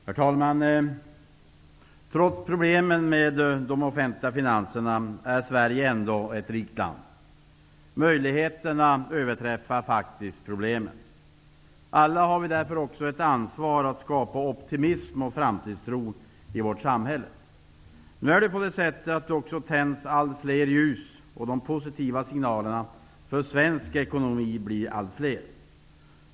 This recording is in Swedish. Herr talman! Trots problemen med de offentliga finanserna är Sverige ändå ett rikt land. Möjligheterna överträffar faktiskt problemen. Alla har vi därför ett ansvar för att skapa optimism och framtidstro i vårt samhälle. Nu tänds det också allt fler ljus, och de positiva signalerna för svensk ekonomi blir allt fler.